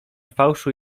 fałszu